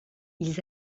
ils